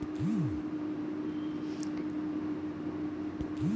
आर्थिक खतरा के कम करेके लेल हमरा सभके कोनो उपाय लगाएल जाइ छै